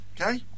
Okay